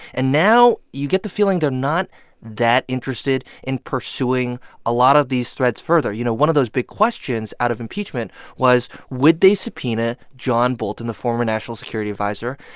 and now you get the feeling they're not that interested in pursuing a lot of these threads further. you know, one of those big questions out of impeachment was, would they subpoena john bolton, the former national security adviser,